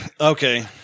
Okay